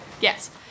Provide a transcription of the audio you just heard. Yes